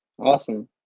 Awesome